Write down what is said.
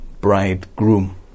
bridegroom